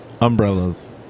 Umbrellas